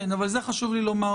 חשוב לי לומר